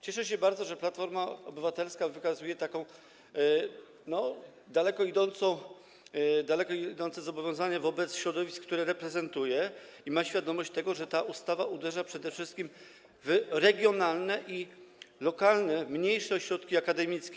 Cieszę się bardzo, że Platforma Obywatelska podejmuje takie daleko idące zobowiązanie wobec środowisk, które reprezentuje, i ma świadomość tego, że ta ustawa uderza przede wszystkim w regionalne i lokalne, mniejsze ośrodki akademickie.